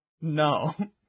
no